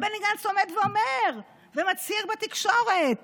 ובני גנץ עומד ואומר ומצהיר בתקשורת